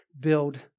build